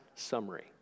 summary